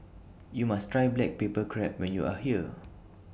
YOU must Try Black Pepper Crab when YOU Are here